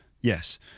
Yes